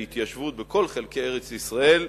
להתיישבות בכל חלקי ארץ-ישראל,